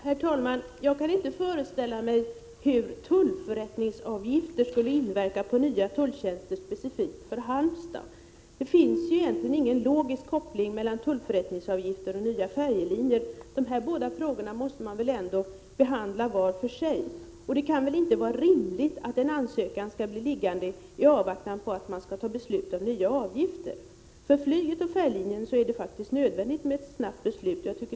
Herr talman! Jag kan inte föreställa mig hur tullförrättningsavgifter skulle inverka på nya tulltjänster specifikt i Halmstad. Det finns egentligen ingen logisk koppling mellan tullförrättningsavgifter och nya färjelinjer. Dessa två saker måste väl ändå behandlas var för sig. Det kan inte vara rimligt att en ansökan skall bli liggande i avvaktan på att man skall fatta beslut om nya avgifter. För flyget och färjelinjen är det faktiskt nödvändigt med ett snabbt beslut.